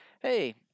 hey